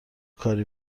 کاری